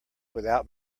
without